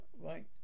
right